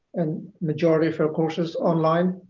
and majority of our courses online.